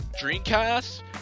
Dreamcast